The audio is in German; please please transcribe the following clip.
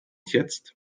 jetzt